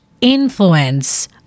influence